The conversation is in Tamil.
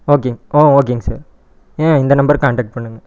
ஓகே ஆ ஓகேங்க சார் ஆ இந்த நம்பரை கான்டேக்ட் பண்ணுங்கள்